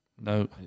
No